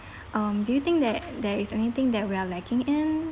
um do you think that there is anything that we are lacking in